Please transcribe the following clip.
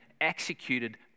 executed